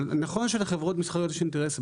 אבל נכון שלחברות מסחריות יש אינטרס,